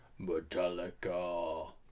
Metallica